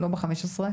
לא ב-15,